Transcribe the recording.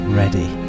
ready